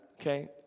okay